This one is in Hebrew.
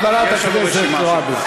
יש לנו רשימה שלהם.